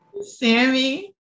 Sammy